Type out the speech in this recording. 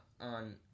on